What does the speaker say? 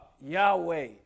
Yahweh